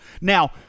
Now